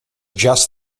just